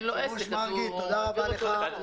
היו"ר מרגי, תודה רבה לך.